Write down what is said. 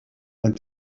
and